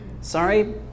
Sorry